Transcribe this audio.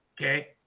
okay